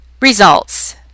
results